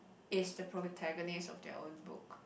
is the protagonist of their own book